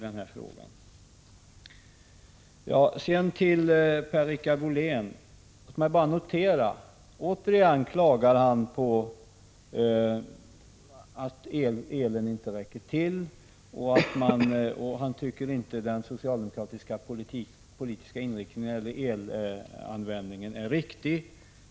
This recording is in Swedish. Per-Richard Molén klagar återigen på att elektriciteten inte räcker till. Han tycker inte att socialdemokraternas politiska inriktning när det gäller elanvändning är riktig.